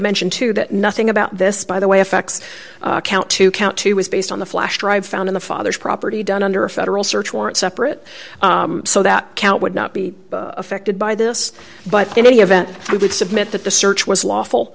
mention too that nothing about this by the way affects count two count two was based on the flash drive found in the father's property done under a federal search warrant separate so that count would not be affected by this but in any event i would submit that the search was lawful